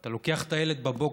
אתה לוקח את הילד בבוקר,